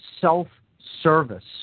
self-service